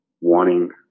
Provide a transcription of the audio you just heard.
wanting